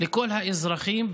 לכל האזרחים,